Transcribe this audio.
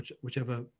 whichever